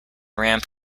ramp